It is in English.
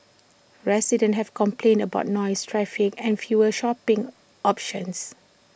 residents have complained about noise traffic and fewer shopping options